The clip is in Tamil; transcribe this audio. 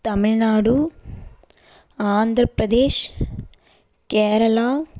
தமிழ்நாடு ஆந்திர பிரதேஷ் கேரளா